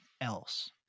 else